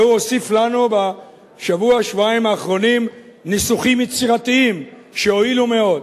והוא הוסיף לנו בשבוע-שבועיים האחרונים ניסוחים יצירתיים שהועילו מאוד.